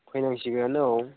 फैनांसिगोन औ